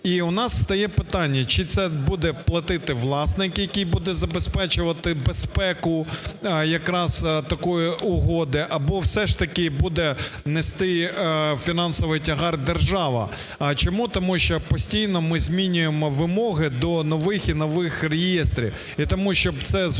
І у нас стає питання, чи це буде платити власник, який буде забезпечувати безпеку якраз такої угоди, або все ж таки буде нести фінансовий тягар держава. Чому? Тому що постійно ми змінюємо вимоги до нових і нових реєстрів. І тому, щоб це зупинити